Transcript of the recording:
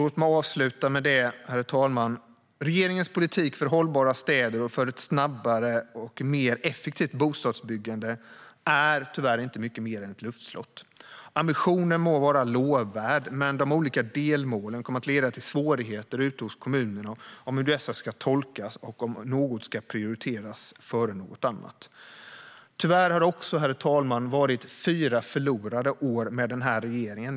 Låt mig avsluta med att konstatera att regeringens politik för hållbara städer och för ett snabbare och effektivare bostadsbyggande inte är mycket mer än ett luftslott. Ambitionen må vara lovvärd, men de olika delmålen kommer att leda till svårigheter hos kommunerna när det gäller hur dessa ska tolkas och om något ska prioriteras före något annat. Tyvärr har det varit fyra förlorade år med den här regeringen.